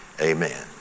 Amen